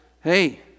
hey